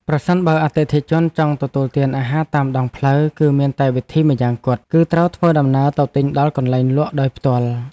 ប្រសិនបើអតិថិជនចង់ទទួលទានអាហារតាមដងផ្លូវគឺមានតែវិធីម្យ៉ាងគត់ គឺត្រូវធ្វើដំណើរទៅទិញដល់កន្លែងលក់ដោយផ្ទាល់។